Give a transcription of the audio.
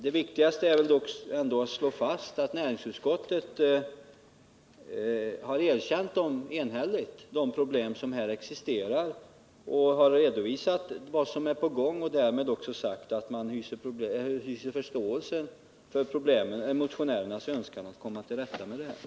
Det viktigaste är dock att näringsutskottet enhälligt har erkänt de problem som existerar och redovisat vad som är på gång. Därmed har man också sagt att man hyser förståelse för motionärernas önskan att komma till rätta med problemen.